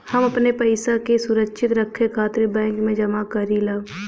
हम अपने पइसा के सुरक्षित रखे खातिर बैंक में जमा करीला